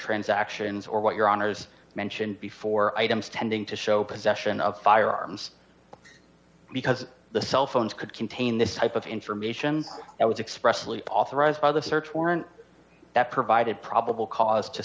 transactions or what your honour's mentioned before items tending to show possession of firearms because the cellphones could contain this type of information that was expressly authorized by the search warrant that provided probable cause to